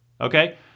Okay